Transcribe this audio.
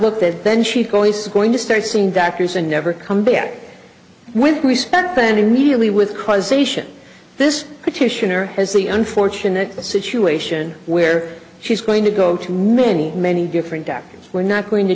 look that then she's going to start seeing doctors and never come back with respect and immediately with causation this petitioner has the unfortunate situation where she's going to go to many many different doctors we're not going to